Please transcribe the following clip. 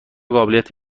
قابلیت